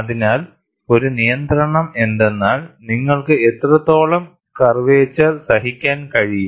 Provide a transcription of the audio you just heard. അതിനാൽ ഒരു നിയന്ത്രണം എന്തെന്നാൽ നിങ്ങൾക്ക് എത്രത്തോളം കർവേച്ചർ സഹിക്കാൻ കഴിയും